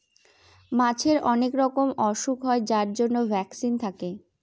মাছের অনেক রকমের ওসুখ হয় যার জন্য ভ্যাকসিন থাকে